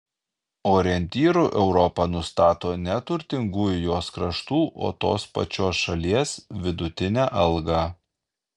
orientyru europa nustato ne turtingųjų jos kraštų o tos pačios šalies vidutinę algą